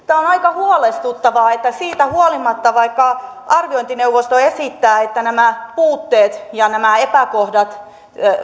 on on aika huolestuttavaa että siitä huolimatta että arviointineuvosto esittää että nämä puutteet ja nämä epäkohdat